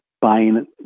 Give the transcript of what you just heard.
buying